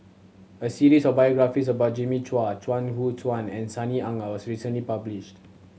a series of biographies about Jimmy Chua Chuang Hu Tsuan and Sunny Ang was recently published